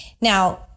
Now